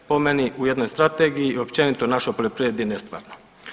Po meni u jednoj strategiji i općenito našoj poljoprivredi nestvarno.